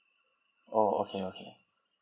oh okay okay